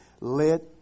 let